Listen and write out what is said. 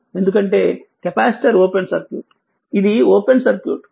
ఎందుకంటే capacitor open circuit ఇది open circuit